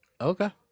okay